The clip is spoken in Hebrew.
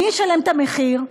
מי ישלם את המחיר?